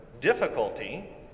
difficulty